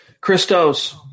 Christos